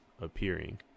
appearing